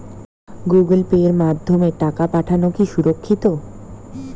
Google পের মাধ্যমে টাকা পাঠানোকে সুরক্ষিত?